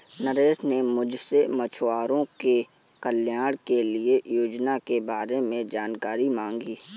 नरेश ने मुझसे मछुआरों के कल्याण के लिए योजना के बारे में जानकारी मांगी